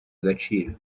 agaciro